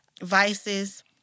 vices